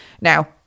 Now